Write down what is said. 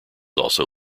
also